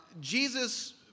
Jesus